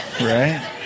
right